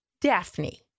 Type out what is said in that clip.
Daphne